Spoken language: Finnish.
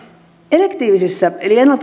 elektiivisessä eli ennalta suunnitellussa erityistason